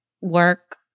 work